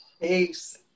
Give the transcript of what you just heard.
Peace